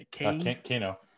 Kano